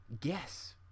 guess